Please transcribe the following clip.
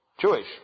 Jewish